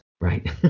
right